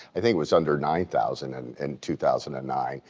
i think it was under nine thousand and in two thousand and nine.